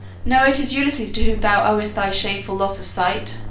know it is ulysses to whom thou owest thy shameful loss of sight.